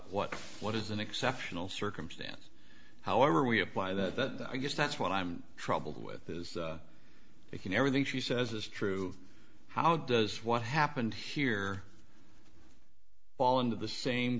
what what is an exceptional circumstance however we apply that i guess that's what i'm troubled with is it can everything she says is true how does what happened here fall into the same